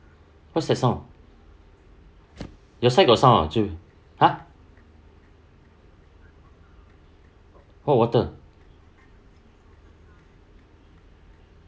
what's that song your side got sound ah joon !huh! what water